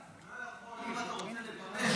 אם אתה רוצה לממש את הכסף בצימרים,